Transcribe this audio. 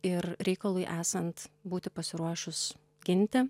ir reikalui esant būti pasiruošus ginti